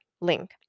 link